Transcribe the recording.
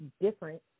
different